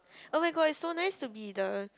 oh my god it's so nice to be the